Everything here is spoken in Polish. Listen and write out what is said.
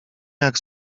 jak